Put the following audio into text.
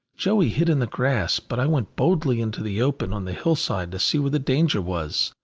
joey hid in the grass, but i went boldly into the open on the hillside to see where the danger was.